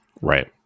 Right